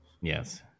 Yes